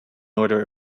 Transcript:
order